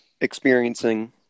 experiencing